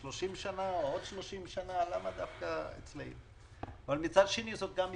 אבל מצד שני, זאת גם הזדמנות.